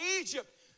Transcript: Egypt